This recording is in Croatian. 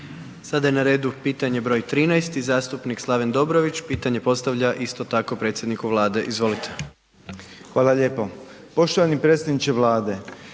Sada je na redu pitanje boj 13 i zastupnik Slaven Dobrović. Pitanje postavlja isto tako predsjedniku Vlade. Izvolite. **Dobrović, Slaven (MOST)** Hvala lijepo. Poštovani predsjedniče Vlade,